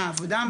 מה עבודה?